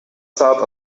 south